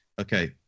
Okay